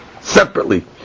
separately